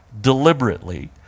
deliberately